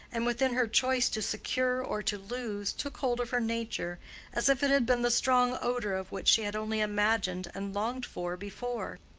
and within her choice to secure or to lose, took hold of her nature as if it had been the strong odor of what she had only imagined and longed for before.